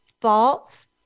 false